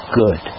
good